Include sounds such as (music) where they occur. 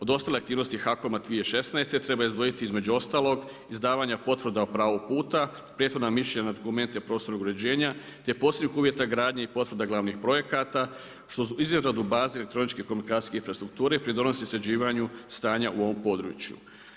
Od ostale aktivnosti HAKOM-a 2016. treba izdvojiti između ostalog izdavanja potvrda o pravu puta, prethodna mišljenja nad dokumente prostornog uređenja te posebnih uvjeta gradnje i potvrda glavnih projekata što … (unintelligible) izradu baze elektroničke komunikacijske strukture pridonosi sređivanju stanja u ovom području.